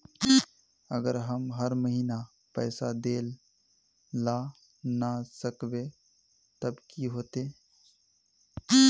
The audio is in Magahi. अगर हम हर महीना पैसा देल ला न सकवे तब की होते?